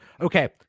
Okay